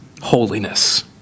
holiness